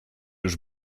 już